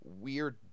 weird